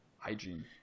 hygiene